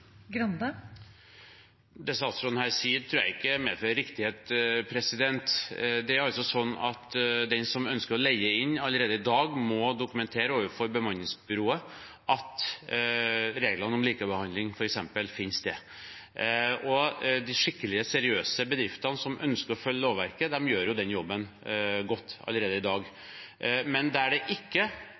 Det statsråden her sier, tror jeg ikke medfører riktighet. Det er altså sånn at den som ønsker å leie inn, allerede i dag må dokumentere overfor bemanningsbyrået at f.eks. reglene om likebehandling følges. De skikkelige, seriøse bedriftene som ønsker å følge lovverket, gjør jo den jobben godt allerede i dag, men der det ikke